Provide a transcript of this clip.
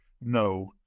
no